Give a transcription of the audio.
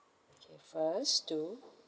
okay first to